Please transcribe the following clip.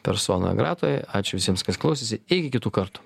persona gratoje ačiū visiems kas klausėsi iki kitų kartų